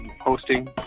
hosting